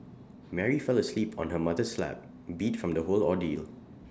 Mary fell asleep on her mother's lap beat from the whole ordeal